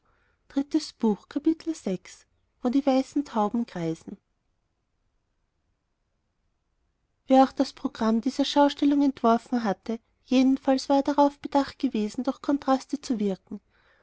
wo die weißen tauben kreisen wer auch das programm dieser schaustellung entworfen hatte jedenfalls war er darauf bedacht gewesen durch kontraste zu wirken